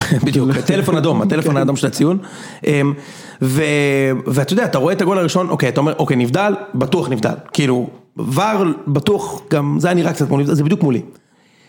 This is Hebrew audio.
בדיוק, הטלפון האדום, הטלפון האדום של הציון. ואתה יודע, אתה רואה את הגול הראשון, אוקיי, אתה אומר, אוקיי, נבדל, בטוח נבדל. כאילו, var, בטוח, גם זה היה נראה קצת כמו נבדל, זה בדיוק מולי.